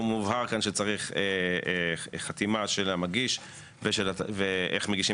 מובהר כאן שצריך חתימה של המגיש ואיך מגישים